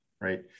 right